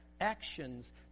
actions